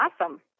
Awesome